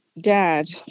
dad